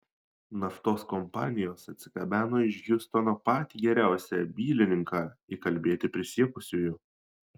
naftos kompanijos atsigabeno iš hjustono patį geriausią bylininką įkalbėti prisiekusiųjų